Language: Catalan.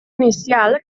inicial